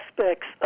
aspects